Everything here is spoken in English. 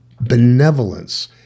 benevolence